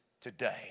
today